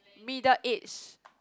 middle age